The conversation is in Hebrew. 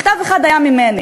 מכתב אחד היה ממני,